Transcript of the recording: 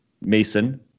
Mason